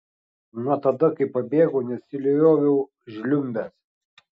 nuo tada kai pabėgau nesilioviau žliumbęs